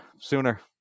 sooner